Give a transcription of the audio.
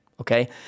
Okay